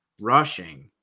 rushing